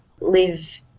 live